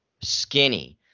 skinny